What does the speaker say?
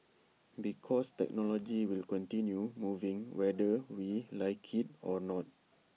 because technology will continue moving whether we like IT or not